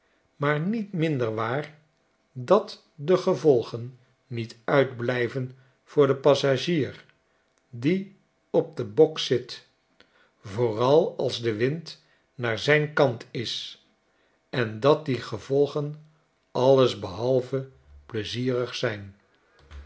maar niet minder waar dat de gevolgen niet uitblijven voor den passagier die op den bok zit vooral als de wind naar zijn kant is en dat die gevolgen alles behalve plezierig zijn